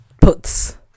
puts